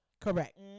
Correct